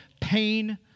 pain